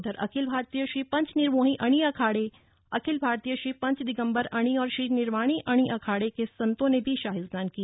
उधर अखिल भारतीय श्री पंच निर्मोही अणि अखाड़े अखिल भारतीय श्री पंच दिगंबर अणि और श्री निर्वाणी अणि अखाडे के संत भी शाही स्नान किया